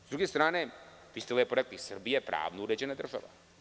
S druge strane, vi ste lepo rekli da je Srbija pravno uređena država.